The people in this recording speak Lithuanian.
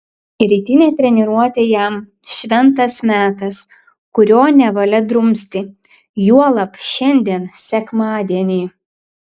rytinė treniruotė jam šventas metas kurio nevalia drumsti juolab šiandien sekmadienį